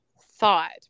thought